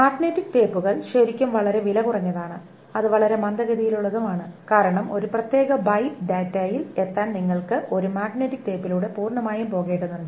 magnetic ടേപ്പുകൾ ശരിക്കും വളരെ വിലകുറഞ്ഞതാണ് അത് വളരെ മന്ദഗതിയിലുള്ളതുമാണ് കാരണം ഒരു പ്രത്യേക ബൈറ്റ് ഡാറ്റയിൽ എത്താൻ നിങ്ങൾ ഒരു മാഗ്നറ്റിക് ടേപ്പിലൂടെ പൂർണ്ണമായും പോകേണ്ടതുണ്ട്